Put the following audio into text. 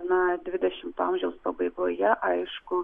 na dvidešimto amžiaus pabaigoje aišku